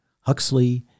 Huxley